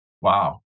Wow